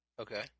Okay